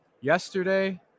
yesterday